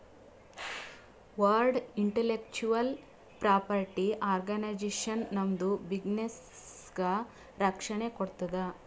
world intellectual property organization ನಮ್ದು ಬಿಸಿನ್ನೆಸ್ಗ ರಕ್ಷಣೆ ಕೋಡ್ತುದ್